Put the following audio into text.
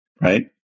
right